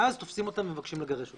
ואז תופסים ומבקשים לגרש אותם.